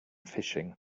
fishing